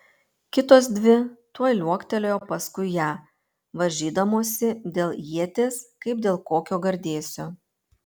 kitos dvi tuoj liuoktelėjo paskui ją varžydamosi dėl ieties kaip dėl kokio gardėsio